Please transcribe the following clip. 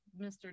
mr